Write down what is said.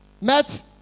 met